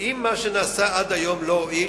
ואם מה שנעשה עד היום לא הועיל,